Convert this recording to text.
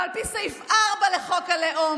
ועל פי סעיף 4 לחוק הלאום,